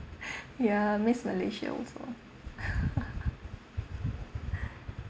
ya I miss malaysia also